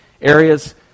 areas